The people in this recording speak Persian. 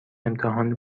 امتحان